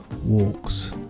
walks